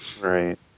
Right